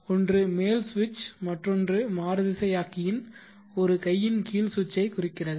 ஓன்று மேல் சுவிட்ச் மற்றும் மற்றொன்று மாறுதிசையாக்கியின் ஒரு கையின் கீழ் சுவிட்சைக் குறிக்கிறது